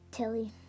Tilly